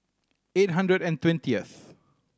eight hundred and twentieth